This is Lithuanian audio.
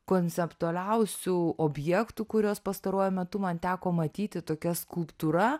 konceptualiausių objektų kuriuos pastaruoju metu man teko matyti tokia skulptūra